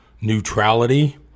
neutrality